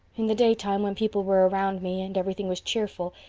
in the daytime, when people were around me and everything was cheerful,